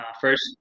First